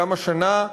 גם השנה,